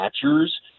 catchers